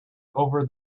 over